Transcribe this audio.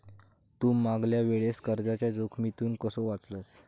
तू मागल्या वेळेस कर्जाच्या जोखमीतून कसो वाचलस